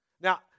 Now